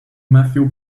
matthew